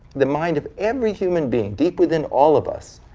the mind of every human being, deep within all of us,